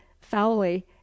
foully